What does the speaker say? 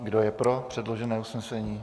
Kdo je pro předložené usnesení?